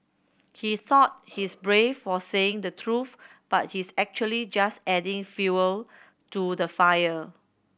he thought he's brave for saying the truth but he's actually just adding fuel to the fire